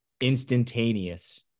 instantaneous